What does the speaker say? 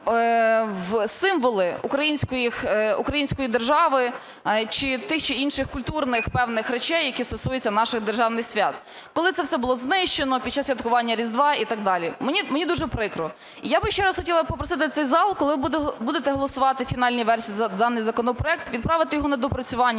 символи української держави тих чи інших культурних певних речей, які стосуються наших державних свят. Коли це все було знищено під час святкування Різдва і так далі. Мені дуже прикро. І я би ще раз хотіла попросити цей зал, коли будете голосувати у фінальній версії за даний законопроект, відправити його на доопрацювання